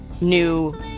new